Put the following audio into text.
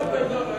לא קשור.